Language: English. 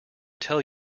tell